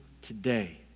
today